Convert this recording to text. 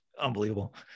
unbelievable